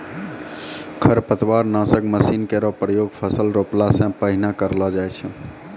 खरपतवार नासक मसीन केरो प्रयोग फसल रोपला सें पहिने करलो जाय छै